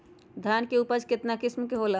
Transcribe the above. धान के उपज केतना किस्म के होला?